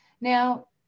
Now